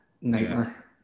Nightmare